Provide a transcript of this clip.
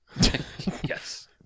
Yes